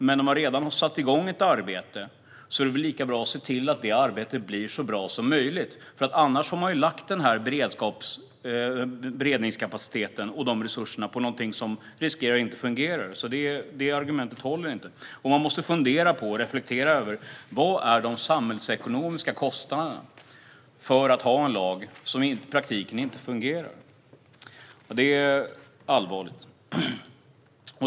Men om man redan har satt igång ett arbete är det väl lika bra att se till att detta arbete blir så bra som möjligt. Annars har man lagt beredningskapaciteten och resurserna på någonting som riskerar att inte fungera. Detta argument håller alltså inte. Man måste fundera på och reflektera över vad de samhällsekonomiska kostnaderna är för att ha en lag som i praktiken inte fungerar. Det är allvarligt.